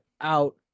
out